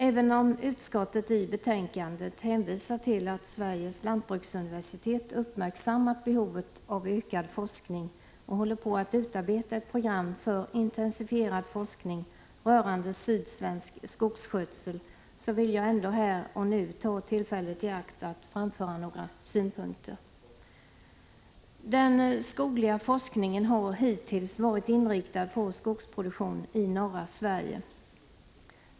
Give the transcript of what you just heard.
Även om utskottet i betänkandet hänvisar till att Sveriges lantbruksuniversitet uppmärksammat behovet av ökad forskning och håller på att utarbeta ett program för intensifierad forskning rörande sydsvensk skogsskötsel, vill jag här och nu ta tillfället i akt att framföra några synpunkter. Den skogliga forskningen har hittills varit inriktad på skogsproduktion i norra Sverige.